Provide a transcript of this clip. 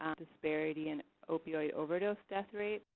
um disparity in opioid overdose death rates.